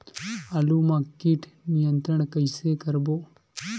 आलू मा कीट नियंत्रण कइसे करबो?